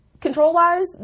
Control-wise